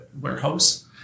warehouse